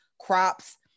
crops